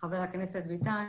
חבר הכנסת ביטן,